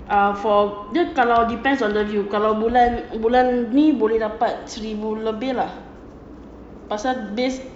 um for dia kalau depends on the view kalau bulan bulan ni boleh dapat seribu lebih lah pasal this